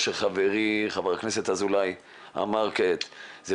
אני פותח את הישיבה בנושא: פניות ציבור בנושא: מערכת הגשת